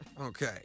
Okay